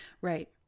Right